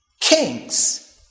kings